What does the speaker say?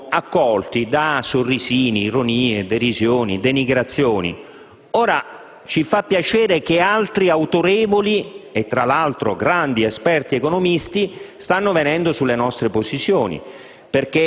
fummo accolti da sorrisini, ironie, derisioni e denigrazioni. Ora, ci fa piacere vedere che altri autorevoli esponenti e, tra l'altro, grandi esperti economisti stiano venendo sulle nostre posizioni,